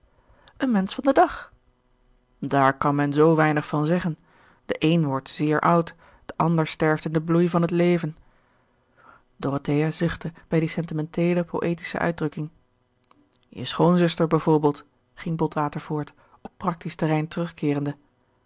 een mensch van den dag daar kan men zoo weinig van zeggen de een wordt zeer oud de ander sterft in den bloei van t leven dorothea zuchtte bij die sentimenteele poëtische uitdrukking je schoonzuster bijvoorbeeld ging botwater voort op practisch terrein terugkeerende